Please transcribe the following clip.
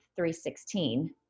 316